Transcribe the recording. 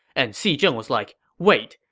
and xi zheng was like, wait,